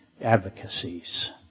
advocacies